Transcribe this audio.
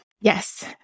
Yes